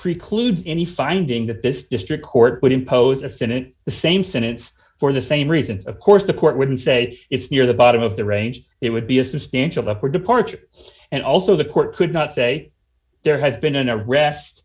precludes any finding that this district court would impose a sin it's the same sentence for the same reasons of course the court wouldn't say it's near the bottom of the range it would be a substantial upward departure and also the court could not say there has been an arrest